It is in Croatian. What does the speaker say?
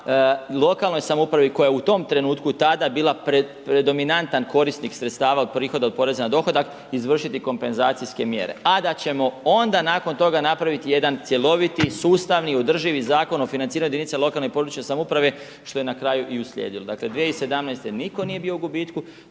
lokalnoj samoupravi koja je u tom trenutku tada bila predominantan korisnik sredstava od prihoda od poreza na dohodak izvršiti kompenzacijske mjere, a da ćemo onda nakon toga napraviti jedan cjeloviti sustavni održivi Zakon o financiranju jedinica lokalne i područne samouprave što je na kraju i uslijedilo. Dakle, 2017. niko nije bio u gubitku,